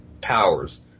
powers